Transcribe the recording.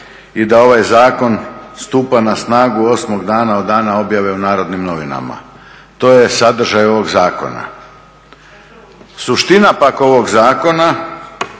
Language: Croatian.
i da ovaj zakon stupa na snagu osmog dana od dana objave u "Narodnim novinama". To je sadržaj ovog zakona. Suština pak ovog zakona